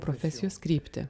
profesijos kryptį